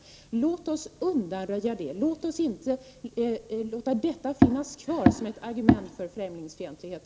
Låt oss undanröja sådant! Låt inte sådant här finnas kvar som ett argument för främlingsfientlighet!